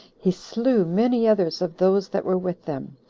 he slew many others of those that were with them,